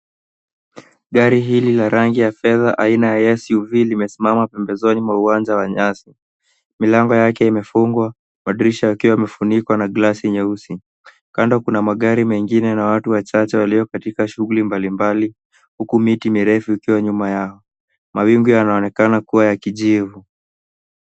Gari hili la rangi ya fedha aina ya suv imesimama pembezoni mwa uwanja wa nyasa. Milango yake imefungwa madirisha yakiwa yamefunikwa na glasi nyeusi. Kando kuna magari mengine na watu wachache walio katika shughuli mbalimbali huku miti mirefu ikiwa nyuma yao. Mawingu yanaonekana kuwa ya kijivu.